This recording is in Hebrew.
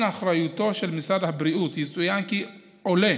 אחריותו של משרד הבריאות יצוין כי עולה